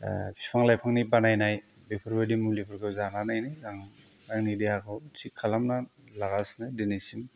बिफां लाइफांनि बानायनाय बेफोरबायदि मुलिफोरखौ जानानैनो आं आंनि देहाखौ थिग खालामनानै लागासिनो दिनैसिम